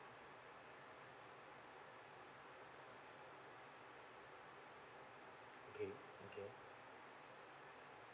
okay okay